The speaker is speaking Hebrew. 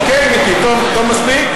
אוקיי, מיקי, טוב מספיק?